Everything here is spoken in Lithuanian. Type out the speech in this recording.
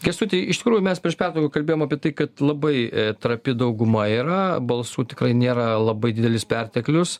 kęstuti iš tikrųjų mes prieš pertrauką kalbėjom apie tai kad labai trapi dauguma yra balsų tikrai nėra labai didelis perteklius